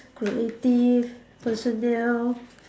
creative personal